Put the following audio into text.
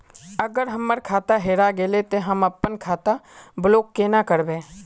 अगर हमर खाता हेरा गेले ते हम अपन खाता ब्लॉक केना करबे?